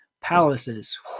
palaces